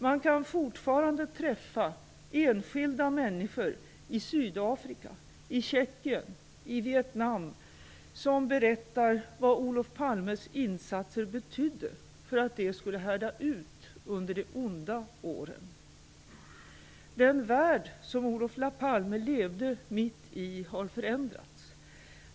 Man kan fortfarande träffa enskilda människor i Sydafrika, i Tjeckien och i Vietnam, som berättar vad Olof Palmes insatser betydde för att de skulle härda ut under de onda åren. Den värld som Olof Palme levde mitt i har förändrats.